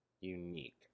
unique